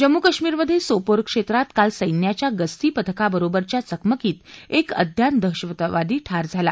जम्मू कश्मीरमधे सोपोर क्षेत्रात काल संघ्याच्या गस्ती पथका बरोबरच्या चकमकीत एक अज्ञात दहशतवादी ठार झाला